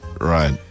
Right